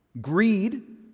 Greed